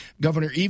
Governor